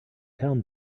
town